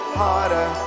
harder